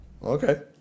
Okay